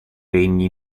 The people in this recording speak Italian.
regni